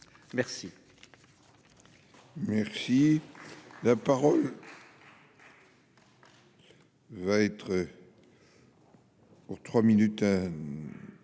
Merci,